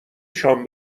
شام